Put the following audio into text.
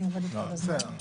אני עובדת כל הזמן.